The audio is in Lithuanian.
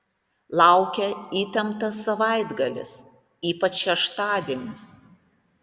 laukia įtemptas savaitgalis ypač šeštadienis